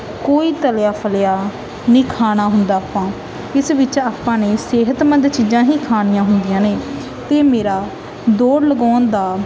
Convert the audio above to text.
ਕੋਈ ਤਲਿਆ ਫਲਿਆ ਨਹੀਂ ਖਾਣਾ ਹੁੰਦਾ ਆਪਾਂ ਇਸ ਵਿੱਚ ਆਪਾਂ ਨੇ ਸਿਹਤਮੰਦ ਚੀਜ਼ਾਂ ਹੀ ਖਾਣੀਆਂ ਹੁੰਦੀਆਂ ਨੇ ਅਤੇ ਮੇਰਾ ਦੌੜ ਲਗਾਉਣ ਦਾ